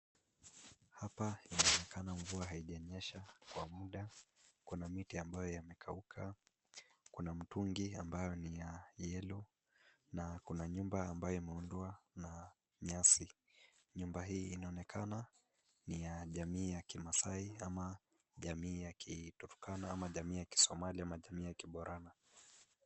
Hapa inaonekana mvua haijanyesha kwa muda kuna miti ambayo yamekauka, kuna mtungi ambayo ni ya yellow na kuna nyumba ambayo imeundwa na nyasi. Nyumba hii inaonekana ni ya jamii ya kimaasai ama jamii ya kiturkana ama jamii ya kisomali ama jamii ya kiborana.